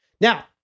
Now